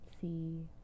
see